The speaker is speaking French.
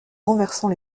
renversant